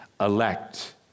elect